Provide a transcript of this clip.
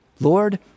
Lord